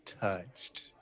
touched